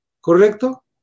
¿Correcto